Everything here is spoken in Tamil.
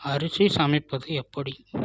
அரிசி சமைப்பது எப்படி